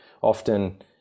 often